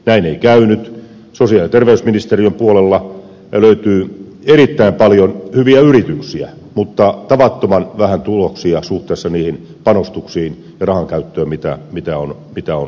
sosiaali ja terveysministeriön puolella löytyy erittäin paljon hyviä yrityksiä mutta tavattoman vähän tuloksia suhteessa niihin panostuksiin ja siihen rahankäyttöön mitä on ollut